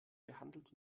gehandelt